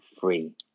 free